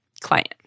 client